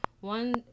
one